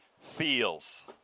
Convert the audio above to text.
feels